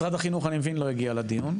משרד החינוך אני מבין לא הגיע לדיון,